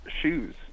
shoes